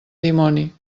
dimoni